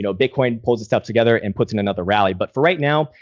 you know bitcoin pulls itself together and puts in another rally. but for right now,